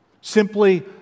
Simply